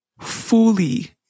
fully